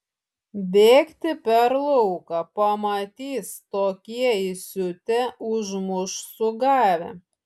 bėgti per lauką pamatys tokie įsiutę užmuš sugavę